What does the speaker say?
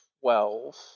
twelve